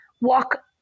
walk